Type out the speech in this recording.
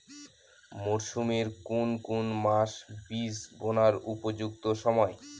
মরসুমের কোন কোন মাস বীজ বোনার উপযুক্ত সময়?